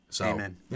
Amen